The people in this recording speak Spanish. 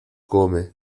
come